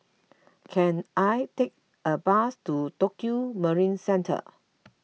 can I take a bus to Tokio Marine Centre